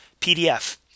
PDF